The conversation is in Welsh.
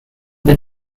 bum